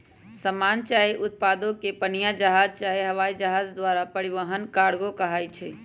समान चाहे उत्पादों के पनीया जहाज चाहे हवाइ जहाज द्वारा परिवहन कार्गो कहाई छइ